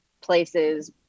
places